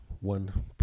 one